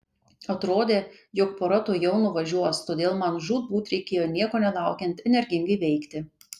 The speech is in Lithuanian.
atrodė jog pora tuojau nuvažiuos todėl man žūtbūt reikėjo nieko nelaukiant energingai veikti